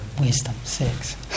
wisdom—six